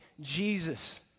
Jesus